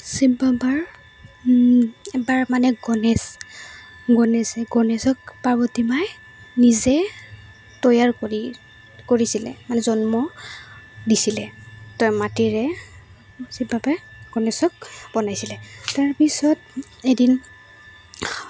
শিৱ বাবাৰ এবাৰ মানে গণেশ গণেশে গণেশক পাৰ্বতী মায়ে নিজে তৈয়াৰ কৰি কৰিছিলে মানে জন্ম দিছিলে তো মাটিৰে শিৱ বাবাই গণেশক বনাইছিলে তাৰ পিছত এদিন